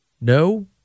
No